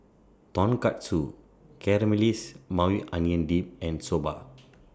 Tonkatsu Caramelized Maui Onion Dip and Soba